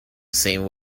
same